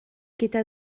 gyda